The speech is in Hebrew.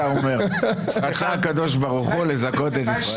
אומר: "רצה הקדוש ברוך הוא לזכות את ישראל".